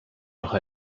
noch